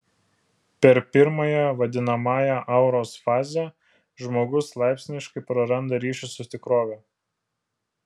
per pirmąją vadinamąją auros fazę žmogus laipsniškai praranda ryšį su tikrove